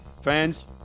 fans